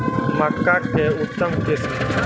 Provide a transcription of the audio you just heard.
मक्का के उतम किस्म?